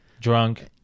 Drunk